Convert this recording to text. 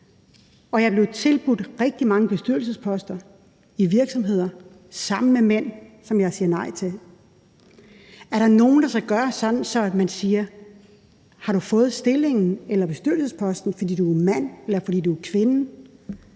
jeg er blevet tilbudt rigtig mange bestyrelsesposter i virksomheder sammen med mænd, som jeg siger nej til. Er der nogen, der skal gøre sådan, at man siger: Har du fået stillingen eller bestyrelsesposten, fordi du er mand, eller fordi